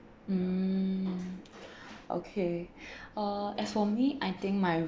mm okay uh as for me I think my